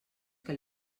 que